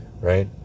Right